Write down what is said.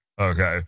okay